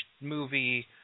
movie